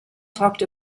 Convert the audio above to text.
talked